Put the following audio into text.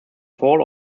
fall